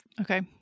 Okay